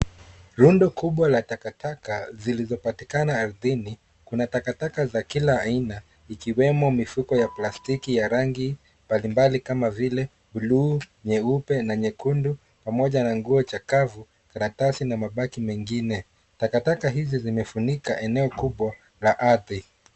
Rundo kubwa la takataka zilizopatikana ardhini. Kuna takataka za kila aina ikiwemo, mifuko ya plastiki ya rangi mbalimbali kama vile buluu, nyeupe na nyekundu. Pamoja na nguo chakavu, karatasi na mabaki mengine. Takataka hizi zimefunika eneo kubwa la ardhi.